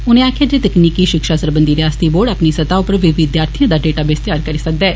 उनें आक्खेआ जे तकनीकी शिक्षा सरबंधी रियासती बोर्ड अपनी स्तह उप्पर बी विद्यार्थिए दा डाटा बेस त्यार करी सकदा ऐ